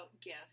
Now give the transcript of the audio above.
gifts